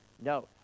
no